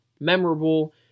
memorable